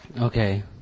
okay